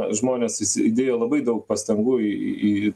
žmonės įsi įdėjo labai daug pastangų į į į